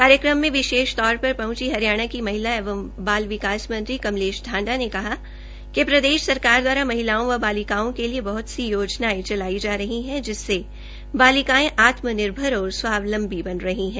कार्यक्रम में विशेष तोर पर पहंची हरियाणा की महिला एवं बाल विकास मंत्रीकमलेश ढांडा ने कहा प्रदेश सरकार द्वारा महिलाओं व बालिकाओं के लिए बहतसी कि योजनायें चलाई जा रही है जिससे बालिकायें आत्म निर्भर और स्वावलम्बी बन रही है